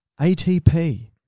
ATP